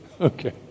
okay